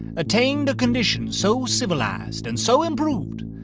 attained condition so civilized and so improved,